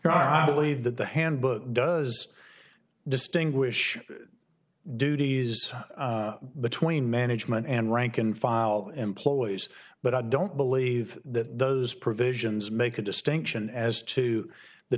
there are believe that the handbook does distinguish duties between management and rank and file employees but i don't believe that those provisions make a distinction as to the